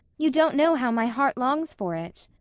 you don't know how my heart longs for it.